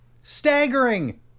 staggering